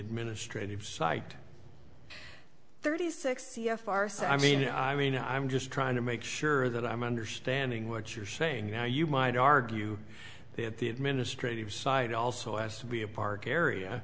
administrative side thirty six c f r so i mean i mean i'm just trying to make sure that i'm understanding what you're saying now you might argue that the administrative side also has to be a park area